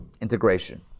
integration